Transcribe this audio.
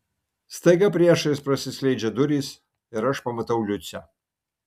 staiga priešais prasiskleidžia durys ir aš pamatau liucę